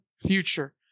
future